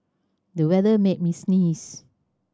the weather made me sneeze